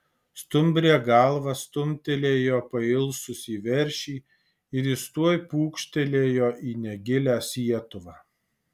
stumbrė galva stumtelėjo pailsusį veršį ir jis tuoj pūkštelėjo į negilią sietuvą